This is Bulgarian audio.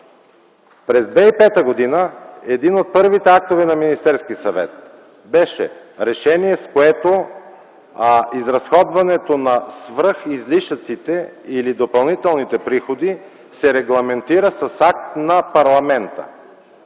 През 2005 г. един от първите актове на Министерския съвет беше решение, с което изразходването на свръхизлишъците или допълнителните приходи се регламентира с акт на парламента.